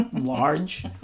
large